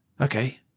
Okay